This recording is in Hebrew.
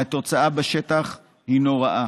והתוצאה בשטח היא נוראה: